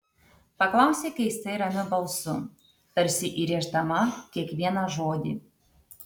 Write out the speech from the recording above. paklausė keistai ramiu balsu tarsi įrėždama kiekvieną žodį